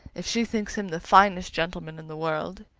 if she thinks him the finest gentleman in the world,